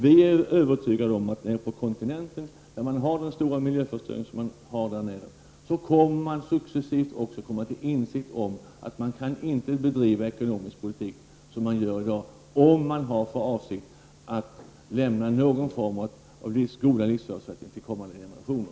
Vi är övertygade om att man nere på kontinenten, där miljöförstöringen är stor, successivt skall komma till insikt om att man inte kan bedriva ekonomisk politik på det sätt man gör i dag, om man har för avsikt att lämna någon form av goda livsförutsättningar till kommande generationer.